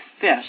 fish